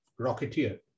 Rocketeer